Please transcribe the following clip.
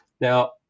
now